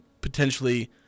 potentially